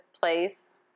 place